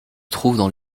trouvent